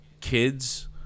kids